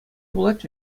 пулать